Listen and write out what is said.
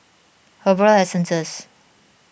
Herbal Essences